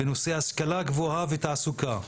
סקרנות, שאפתנות ואומץ מקצועי.